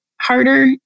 harder